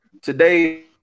today